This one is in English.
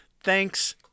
thanks